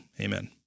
Amen